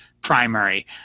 primary